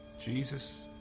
Jesus